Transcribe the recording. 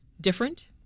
different